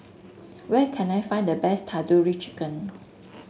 where can I find the best Tandoori Chicken